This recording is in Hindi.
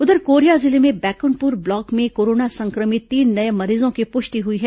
उधर कोरिया जिले में बैकुंठपुर ब्लॉक में कोरोना संक्रमित तीन नए मरीजों की पुष्टि हुई है